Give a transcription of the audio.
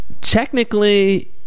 technically –